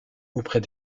auprès